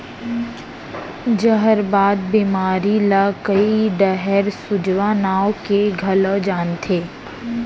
जहरबाद बेमारी ल कइ डहर सूजवा नांव ले घलौ जानथें